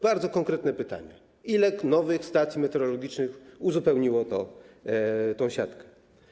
Bardzo konkretne pytanie: Ile nowych stacji meteorologicznych uzupełniło tę siatkę?